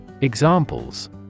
Examples